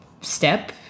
step